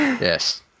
Yes